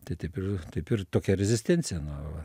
tai taip ir taip ir tokia rezistencija nu va